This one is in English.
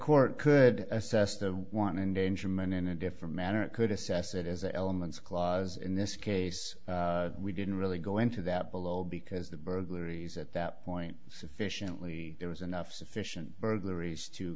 court could assess the want endangerment in a different manner and could assess it as elements clause in this case we didn't really go into that below because the burglaries at that point sufficiently there was enough sufficient burglaries to